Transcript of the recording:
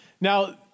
Now